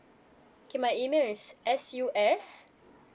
okay my email is S U S